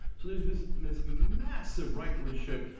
so there's been this massive rightward shift,